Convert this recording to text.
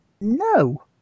No